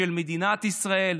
אלא של מדינת ישראל,